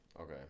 Okay